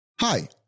Hi